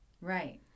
right